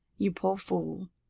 you poor fool!